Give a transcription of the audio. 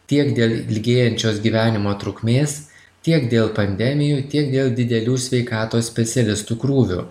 tiek dėl ilgėjančios gyvenimo trukmės tiek dėl pandemijų tiek dėl didelių sveikatos specialistų krūvių